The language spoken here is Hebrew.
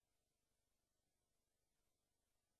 זה